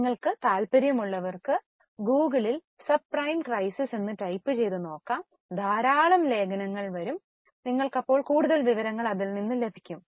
നിങ്ങൾക്ക് താൽപ്പര്യമുള്ളവർക്ക് ഗൂഗിളിൽ സബ്പ്രൈം പ്രതിസന്ധി ടൈപ്പുചെയ്യാം ധാരാളം ലേഖനങ്ങൾ വരും നിങ്ങൾക്ക് അപ്പോൾ കൂടുതൽ വിവരങ്ങൾ ലഭിക്കും